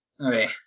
Okay